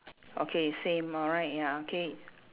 okay same alright ya okay